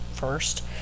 first